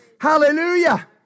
Hallelujah